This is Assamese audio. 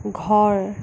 ঘৰ